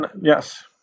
yes